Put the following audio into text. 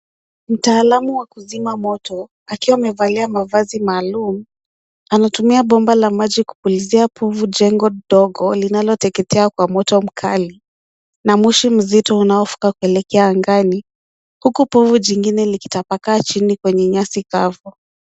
Mtaalamu wa kuzima moto akiwa amevalia mavazi maalum, anatumia bomba la maji kupulizia povu jengo ndogo linaloteketea kwa moto mkali na moshi mzito unaovuka kuelekea angani huku povu nyingine ikitapakaa chini kwenye nyasi kavu.